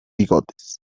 bigotes